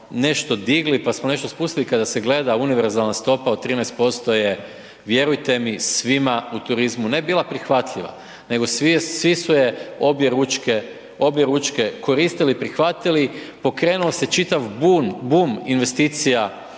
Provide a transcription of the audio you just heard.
nešto digli, pa smo nešto spustili, kada se gleda univerzalna stopa od 13% je, vjerujte mi svima u turizma, ne bila prihvatljiva, nego svi su je objeručke koristili i prihvatili, pokrenuo se čitav bum investicija